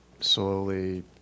slowly